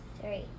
three